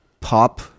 pop